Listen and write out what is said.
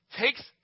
takes